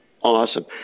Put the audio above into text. Awesome